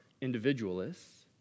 individualists